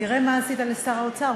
תראה מה עשית לשר האוצר,